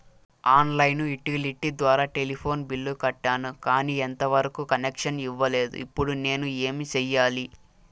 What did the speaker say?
On line utility ద్వారా telephone bill కట్టాను, కానీ ఎంత వరకు కనెక్షన్ ఇవ్వలేదు, ఇప్పుడు నేను ఏమి సెయ్యాలి?